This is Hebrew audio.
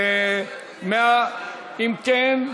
אם כן,